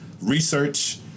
research